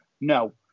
No